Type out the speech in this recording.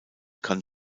kann